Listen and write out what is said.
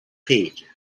page